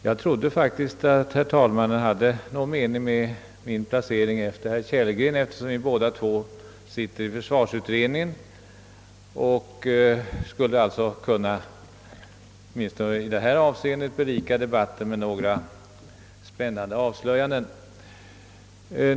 Jag trodde faktiskt att herr talmannen hade en viss mening med min placering efter herr Kellgren, eftersom vi båda två sitter i försvarsutredningen och åtminstone i detta sammanhang kanske skulle kunna berika debatten med några spännande avslöjanden.